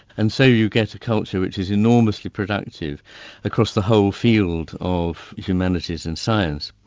and so you get a culture which is enormously productive across the whole field of humanities and science.